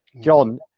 john